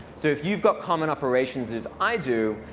so if you've got common operations, as i do,